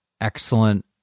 excellent